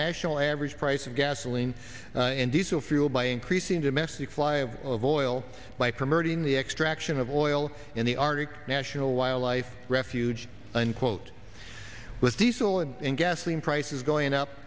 national average price of gasoline and diesel fuel by increasing domestic flyable of oil by promoting the extraction of oil in the arctic national wildlife refuge unquote with diesel and gasoline prices going up